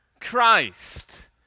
Christ